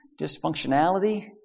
dysfunctionality